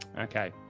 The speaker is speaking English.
Okay